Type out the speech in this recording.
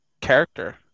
character